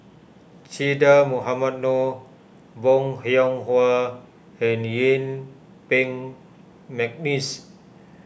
Che Dah Mohamed Noor Bong Hiong Hwa and Yuen Peng McNeice